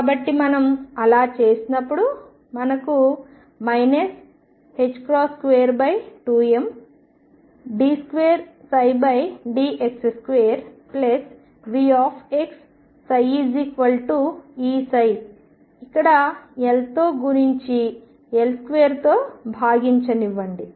కాబట్టి మనం అలా చేసినప్పుడు మనకు 22md2dx2VxψEψ ఇక్కడ Lతో గుణించి L2తో భాగించనివ్వండి